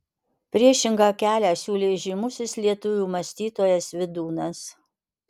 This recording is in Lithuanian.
priešingą kelią siūlė žymusis lietuvių mąstytojas vydūnas